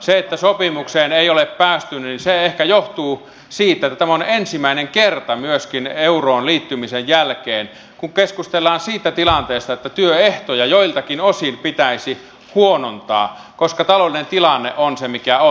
se että sopimukseen ei ole päästy ehkä johtuu siitä että tämä on myöskin ensimmäinen kerta euroon liittymisen jälkeen kun keskustellaan siitä tilanteesta että työehtoja joiltakin osin pitäisi huonontaa koska taloudellinen tilanne on se mikä on